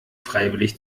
freiwillig